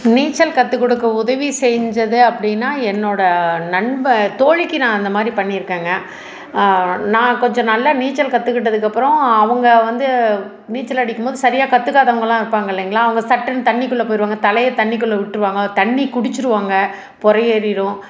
நீச்சல் கத்துக்கொடுக்க உதவி செஞ்சது அப்படின்னால் என்னோடய நண்ப தோழிக்கு நான் அந்த மாதிரி பண்ணியிருக்கேங்க நான் கொஞ்சம் நல்லா நீச்சல் கற்றுக்கிட்டதுக்கப்பறம் அவங்க வந்து நீச்சலடிக்கும் போது சரியாக கற்றுக்காதவங்களாம் இருப்பாங்க இல்லைங்களா வாங்க சட்டுன்னு தண்ணிக்குள்ளே போயிடுவாங்க தலையை தண்ணிக்குள்ளே விட்ருவாங்க தண்ணி குடிச்சிடுவாங்க பொறையேறிடும்